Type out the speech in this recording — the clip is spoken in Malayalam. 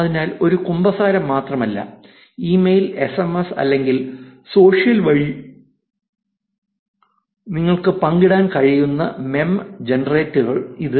അതിനാൽ ഒരു കുമ്പസാരം മാത്രമല്ല ഇമെയിൽ എസ്എംഎസ് അല്ലെങ്കിൽ സോഷ്യൽ വഴി നിങ്ങൾക്ക് പങ്കിടാൻ കഴിയുന്ന മെമ്മെ ജനറേറ്ററാണ് ഇത്